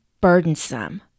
burdensome